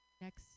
next